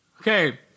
Okay